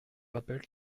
rappel